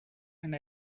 and